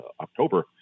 October